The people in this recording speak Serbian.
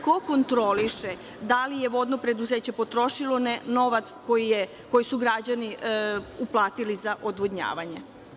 Ko kontroliše da li je vodno preduzeće potrošilo novac koji su građani uplatili za odvodnjavanje?